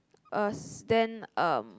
uh then um